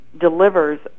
Delivers